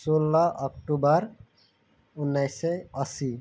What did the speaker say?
सोह्र अक्टोबर उन्नाइस सय असी